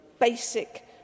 basic